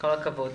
כל הכבוד.